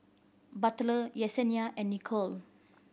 Butler Yesenia and Nichole